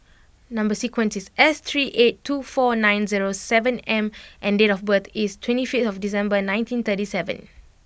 number sequence is S three eight two four nine zero seven M and and date of birth is twenty fifthDecember nineteen thirty seven